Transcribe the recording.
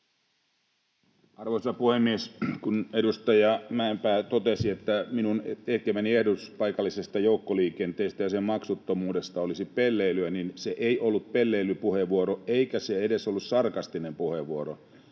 Arvoisa puhemies! Kun edustaja Mäenpää totesi, että minun tekemäni ehdotus paikallisesta joukkoliikenteestä ja sen maksuttomuudesta olisi pelleilyä, niin se ei ollut pelleilypuheenvuoro eikä se ollut edes sarkastinen puheenvuoro.